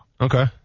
Okay